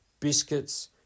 biscuits